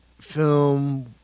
film